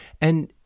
And-